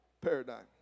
paradigm